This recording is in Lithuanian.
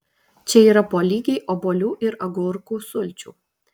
čia yra po lygiai obuolių ir agurkų sulčių